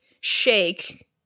shake